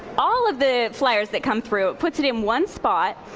all of the fliers that come through, puts it in one spot,